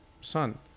Son